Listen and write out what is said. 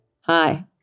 Hi